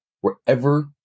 wherever